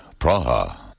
Praha